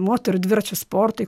moterų dviračių sportui